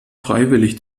freiwillig